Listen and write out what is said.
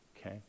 Okay